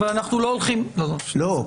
אבל אנחנו לא הולכים לא, לא.